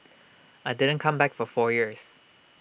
I didn't come back for four years